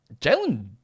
Jalen